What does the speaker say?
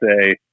say